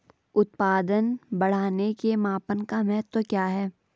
उत्पादन बढ़ाने के मापन का महत्व क्या है?